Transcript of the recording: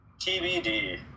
TBD